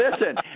listen